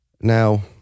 Now